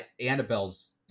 Annabelle's